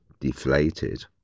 deflated